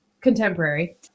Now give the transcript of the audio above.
contemporary